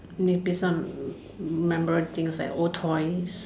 maybe some memorable things like old toys